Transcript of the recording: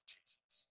Jesus